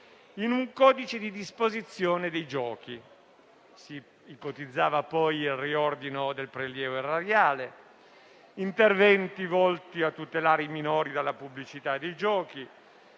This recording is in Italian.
in un codice di disposizione dei giochi. Si ipotizzava poi il riordino del prelievo erariale, interventi volti a tutelare i minori dalla pubblicità dei giochi,